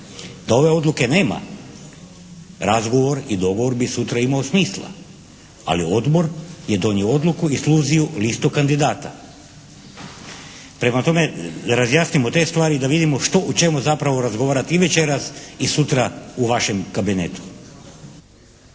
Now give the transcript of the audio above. Da ove odluke nema, razgovor i dogovor bi sutra imao smisla, ali odbor je donio odluku i složio listu kandidata. Prema tome razjasnimo te stvari i da vidimo što, o čemu zapravo razgovarati i večeras i sutra u vašem kabinetu.